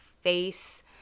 face